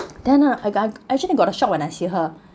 then uh I ga~ I actually got a shock when I see her